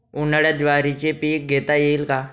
उन्हाळ्यात ज्वारीचे पीक घेता येईल का?